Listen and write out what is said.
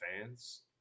fans